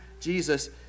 Jesus